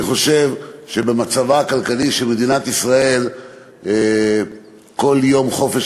אני חושב שבמצבה הכלכלי של מדינת ישראל כל יום חופש